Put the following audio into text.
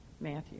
Matthew